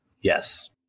Yes